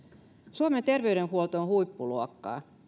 suomen terveydenhuolto on huippuluokkaa